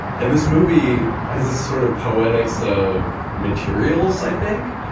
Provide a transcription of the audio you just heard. and this movie has a sort of poetics of materials. i think,